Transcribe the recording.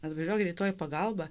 atvažiuoja greitoji pagalba